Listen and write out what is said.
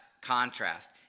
contrast